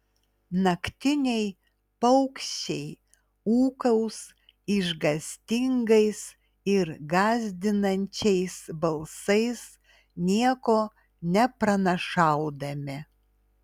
naktiniai paukščiai ūkaus išgąstingais ir gąsdinančiais balsais nieko nepranašaudami